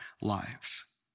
lives